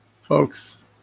folks